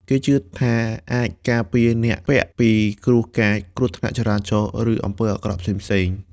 គេជឿថាវាអាចការពារអ្នកពាក់ពីគ្រោះកាច គ្រោះថ្នាក់ចរាចរណ៍ ឬអំពើអាក្រក់ផ្សេងៗ។